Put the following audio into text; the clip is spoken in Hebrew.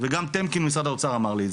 וגם --- ממשרד האוצר אמר לי ,